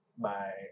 Bye